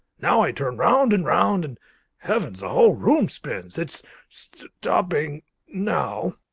now i turn round and round and heavens! the whole room spins it's st opping now.